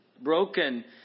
broken